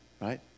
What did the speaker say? right